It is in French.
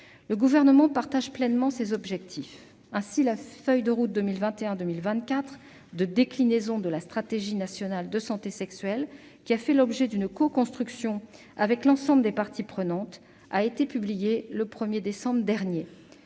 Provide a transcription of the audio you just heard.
Le Gouvernement fait pleinement siens ces objectifs. Ainsi, la feuille de route 2021-2024 de déclinaison de la stratégie nationale de santé sexuelle, résultat d'une coconstruction avec l'ensemble des parties prenantes, a été publiée le 1 décembre dernier.